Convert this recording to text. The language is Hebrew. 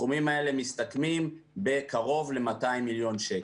סכומים האלה מסתכמים בקרוב ל-200 מיליון שקלים.